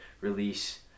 release